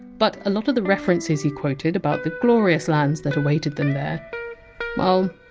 but a lot of the references he quoted about the glorious lands that awaited them there well,